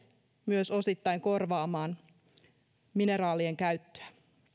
myös osittain korvaamaan mineraalien käyttöä